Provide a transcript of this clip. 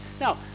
Now